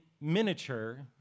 miniature